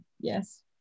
Yes